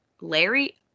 Larry